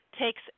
takes